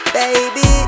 Baby